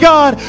God